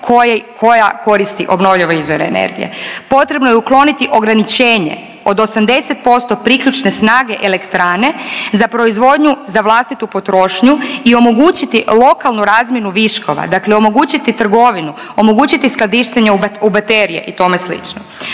koja koristi obnovljive izvore energije. Potrebno je ukloniti ograničenje od 80% priključne snage elektrane za proizvodnju za vlastitu potrošnju i omogućiti lokalnu razmjenu viškova, dakle omogućiti trgovinu, omogućiti skladištenje u baterije i tome slično.